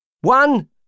One